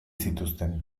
zituzten